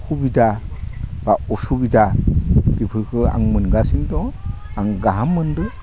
सुबिदा बा असुबिदा बेफोरखो आं मोनगासिनो दं आं गाहाम मोन्दो